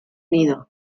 nido